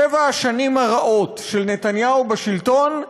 שבע השנים הרעות של נתניהו בשלטון,